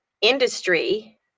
industry